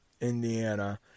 Indiana